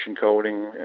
coding